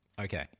Okay